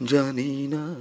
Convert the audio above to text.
Janina